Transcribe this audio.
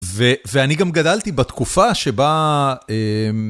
ואני גם גדלתי בתקופה שבה...